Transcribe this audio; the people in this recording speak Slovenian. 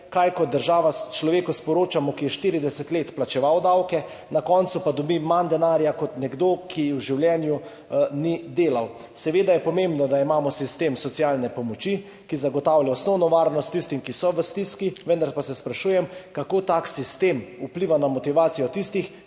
kaj kot država sporočamo človeku, ki je 40 let plačeval davke, na koncu pa dobi manj denarja kot nekdo, ki v življenju ni delal. Seveda je pomembno, da imamo sistem socialne pomoči, ki zagotavlja osnovno varnost tistim, ki so v stiski, vendar pa se sprašujem, kako tak sistem vpliva na motivacijo tistih,